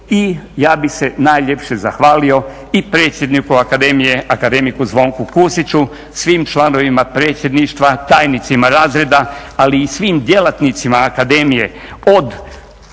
i ja bih se najljepše zahvalio i predsjedniku akademije akademiku Zvonku Kusiću, svim članovima predsjedništva, tajnicima razreda ali i svim djelatnicima akademije